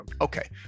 Okay